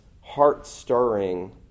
heart-stirring